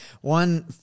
one